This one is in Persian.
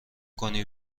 کنی